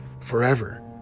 forever